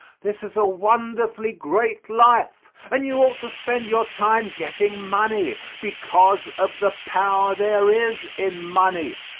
this is a wonderfully great life, and you ought to spend your time getting money, because of the power there is in money.